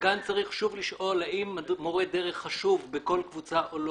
כאן צריך שוב לשאול האם מורה דרך חשוב בכל קבוצה או לא.